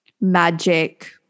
magic